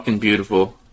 beautiful